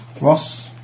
Ross